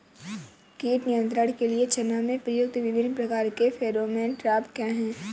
कीट नियंत्रण के लिए चना में प्रयुक्त विभिन्न प्रकार के फेरोमोन ट्रैप क्या है?